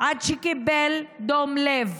עד שקיבל דום לב.